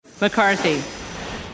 McCarthy